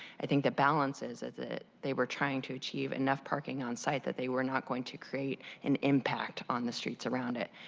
i think the balance is is they were trying to achieve enough parking on-site that they were not going to create an impact on the streets around it.